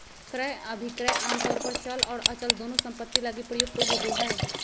क्रय अभिक्रय आमतौर पर चल आर अचल दोनों सम्पत्ति लगी प्रयुक्त होबो हय